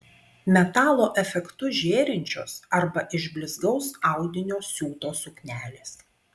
metalo efektu žėrinčios arba iš blizgaus audinio siūtos suknelės